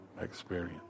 experience